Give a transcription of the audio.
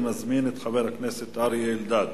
אני מזמין את חבר הכנסת אריה אלדד.